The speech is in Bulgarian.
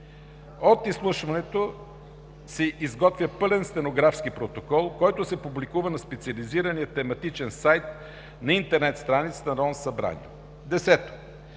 От изслушването се изготвя пълен стенографски протокол, който се публикува на специализирания тематичен сайт на интернет страницата на Народното